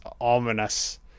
ominous